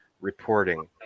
reporting